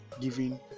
giving